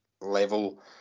level